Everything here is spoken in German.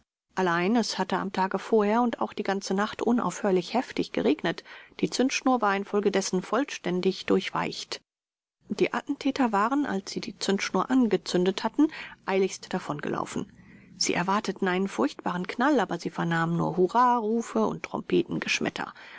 allein es hatte am tage vorher und auch die ganze nacht unaufhörlich heftig geregnet die zündschnur war infolgedessen vollständig durchweicht die attentäter waren als sie die zündschnur angezündet hatten eiligst davongelaufen sie erwarteten einen furchtbaren knall aber sie vernahmen nur hurrarufe und